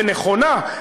ונכונה,